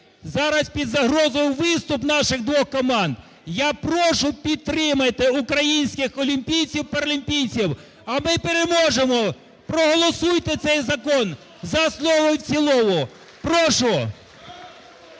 Зараз під загрозою виступ наших двох команд, я прошу, підтримайте українських олімпійців, паралімпійців, а ми переможемо, проголосуйте цей закон за основу і в цілому, прошу.